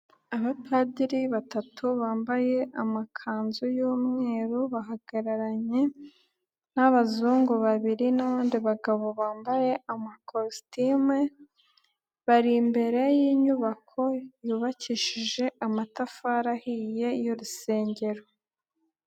Abapadiri batatu bambaye amakanzu y'umweru bahagararanye n'abazungu babiri n'abandi bagabo bambaye amakositimu, bari imbere y'inyubako yubakishije amatafari ahiye y'urusengero.